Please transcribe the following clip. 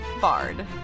bard